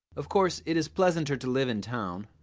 of course it is pleasanter to live in town.